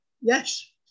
yes